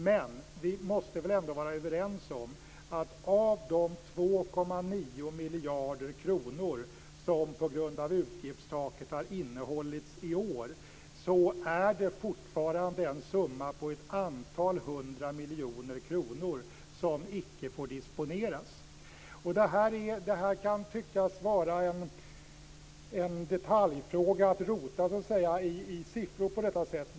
Men vi måste vara överens om att det av de 2,9 miljarder kronor som på grund av utgiftstaket har innehållits i år fortfarande är en summa på ett antal hundra miljoner kronor som icke får disponeras. Det kan tyckas vara en detaljfråga att rota i siffror på detta sätt.